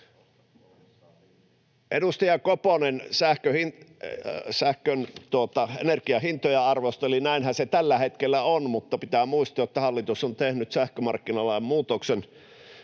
Edustaja Koponen arvosteli energian hintoja. Näinhän se tällä hetkellä on, mutta pitää muistaa, että hallitus on tehnyt sähkömarkkinalain muutoksen